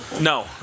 No